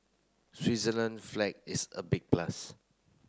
Switzerland flag is a big plus